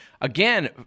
again